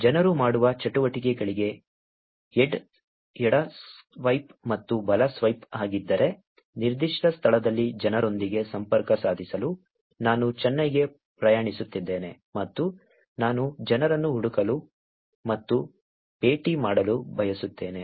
ಜನರು ಮಾಡುವ ಚಟುವಟಿಕೆಗಳಿಗೆ ಎಡ ಸ್ವೈಪ್ ಮತ್ತು ಬಲ ಸ್ವೈಪ್ ಆಗಿದ್ದರೆ ನಿರ್ದಿಷ್ಟ ಸ್ಥಳದಲ್ಲಿ ಜನರೊಂದಿಗೆ ಸಂಪರ್ಕ ಸಾಧಿಸಲು ನಾನು ಚೆನ್ನೈಗೆ ಪ್ರಯಾಣಿಸುತ್ತಿದ್ದೇನೆ ಮತ್ತು ನಾನು ಜನರನ್ನು ಹುಡುಕಲು ಮತ್ತು ಭೇಟಿ ಮಾಡಲು ಬಯಸುತ್ತೇನೆ